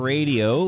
Radio